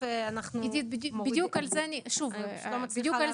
בדיוק על זה אני דנה.